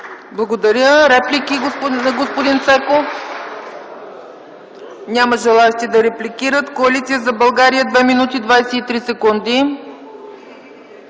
Благодаря. Реплики на господин Цеков? Няма желаещи да репликират. Коалиция за България – 2,23 мин.,